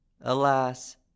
Alas